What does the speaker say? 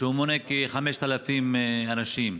שמונה כ-5,000 אנשים.